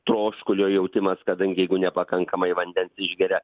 troškulio jautimas kadangi jeigu nepakankamai vandens išgeria